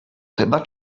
chyba